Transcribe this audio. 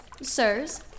Sirs